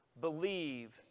believe